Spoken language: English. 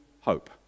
hope